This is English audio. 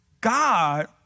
God